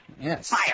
yes